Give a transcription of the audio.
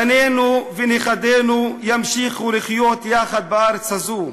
בנינו ונכדינו ימשיכו לחיות יחד בארץ הזאת,